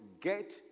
get